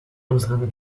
unseren